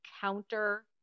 counter